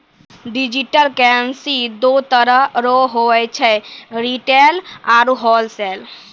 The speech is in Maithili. डिजिटल करेंसी दो तरह रो हुवै छै रिटेल आरू होलसेल